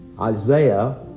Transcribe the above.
Isaiah